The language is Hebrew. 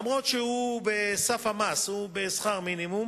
אף-על-פי שהוא בסף המס, הוא בשכר מינימום